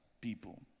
people